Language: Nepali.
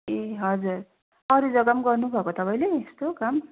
ए हजुर अरू जग्गा पनि गर्नुभएको तपाईँले यस्तो काम